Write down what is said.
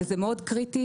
וזה מאוד קריטי,